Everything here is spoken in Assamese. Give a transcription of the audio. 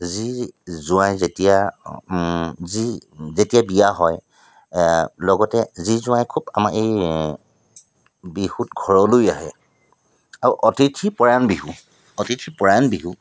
জী জোঁৱাই যেতিয়া জী যেতিয়া বিয়া হয় লগতে জী জোঁৱাই খুব আমাৰ এই বিহুত ঘৰলৈ আহে আৰু অতিথি পৰায়ণ বিহু অতিথি পৰায়ণ বিহু